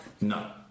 No